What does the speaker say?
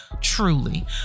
truly